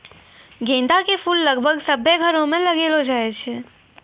गेंदा के फूल लगभग सभ्भे घरो मे लगैलो जाय छै